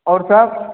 आओर सब